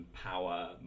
power